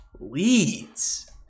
leads